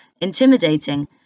intimidating